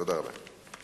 תודה רבה.